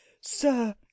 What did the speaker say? Sir